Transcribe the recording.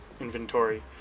inventory